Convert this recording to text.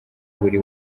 buri